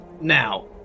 now